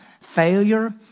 failure